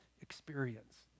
experience